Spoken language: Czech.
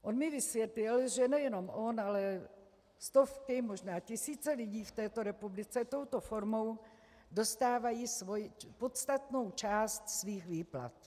On mi vysvětlil, že ne jenom on, ale stovky, možná tisíce lidí v této republice touto formou dostávají podstatnou část svých výplat.